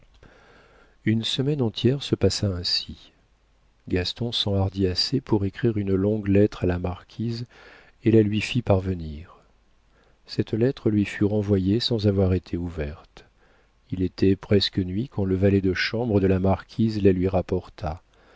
une semaine entière se passa ainsi gaston s'enhardit assez pour écrire une longue lettre à la marquise et la lui fit parvenir cette lettre lui fut renvoyée sans avoir été ouverte il était presque nuit quand le valet de chambre de la marquise la lui rapporta